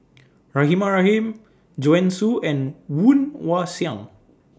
Rahimah Rahim Joanne Soo and Woon Wah Siang